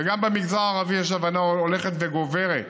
וגם במגזר הערבי יש הבנה הולכת וגוברת,